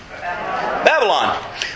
Babylon